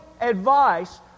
advice